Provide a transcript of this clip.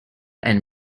and